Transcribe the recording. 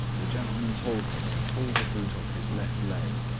the gentleman told him to pull the boot off his left leg,